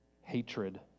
hatred